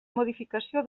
modificació